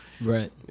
right